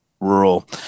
rural